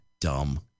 Dumb